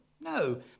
No